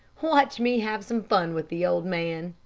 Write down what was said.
watch me have some fun with the old man.